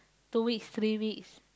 two weeks three weeks